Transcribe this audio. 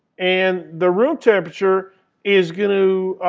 and the room temperature is going to